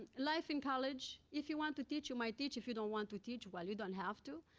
life in college. if you want to teach, you might teach. if you don't want to teach, well, you don't have to.